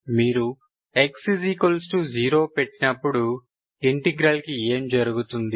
మీరు x0 పెట్టినప్పుడు integral కి ఏమి జరుగుతుంది